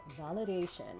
validation